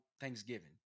Thanksgiving